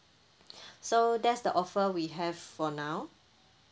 so that's the offer we have for now